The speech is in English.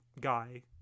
guy